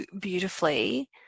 beautifully